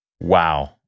wow